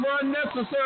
unnecessary